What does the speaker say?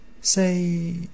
say